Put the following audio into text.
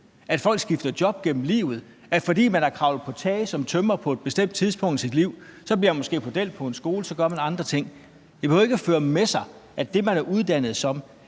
at folk skifter job igennem livet – man har kravlet på tage som tømrer på et bestemt tidspunkt i sit liv, så bliver man måske pedel på en skole, og så gør man andre ting. Det behøver ikke at føre med sig, at det, man er uddannet som,